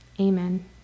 Amen